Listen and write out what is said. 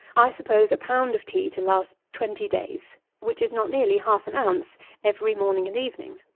i suppose a pound of tea to last twenty days which is not nearly half an ounce every morning and evening.